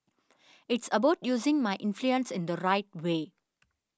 it's about using my influence in the right way